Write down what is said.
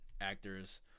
actors